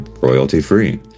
royalty-free